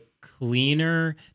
cleaner